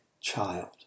child